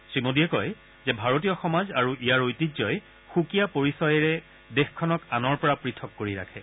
শ্ৰী মোদীয়ে কয় যে ভাৰতীয় সমাজ আৰু ইয়াৰ ঐতিহাই সুকীয়া পৰিচয়েৰে দেশখনক আনৰ পৰা পৃথক কৰি ৰাখে